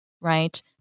right